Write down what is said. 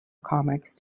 comics